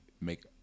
make